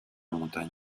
montagne